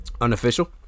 Unofficial